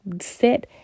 set